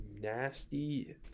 nasty –